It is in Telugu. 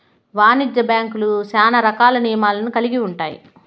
వాణిజ్య బ్యాంక్యులు శ్యానా రకాల నియమాలను కల్గి ఉంటాయి